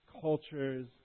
cultures